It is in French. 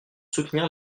soutenir